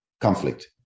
conflict